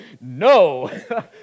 No